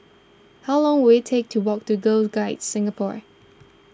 how long will it take to walk to Girl Guides Singapore